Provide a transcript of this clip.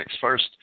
first